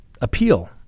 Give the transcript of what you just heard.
appeal